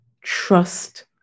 trust